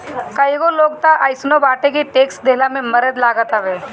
कईगो लोग तअ अइसनो बाटे के टेक्स देहला में मरे लागत हवे